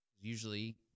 Usually